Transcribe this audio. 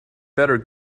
better